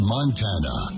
Montana